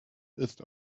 ist